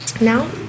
now